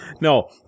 No